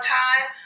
time